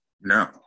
No